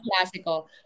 Classical